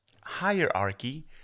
hierarchy